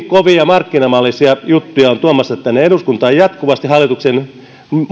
kovia markkinamallisia juttuja on tuomassa tänne eduskuntaan jatkuvasti hallituksen